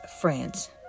France